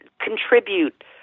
contribute